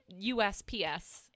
usps